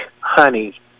honey